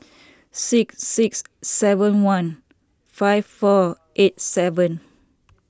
six six seven one five four eight seven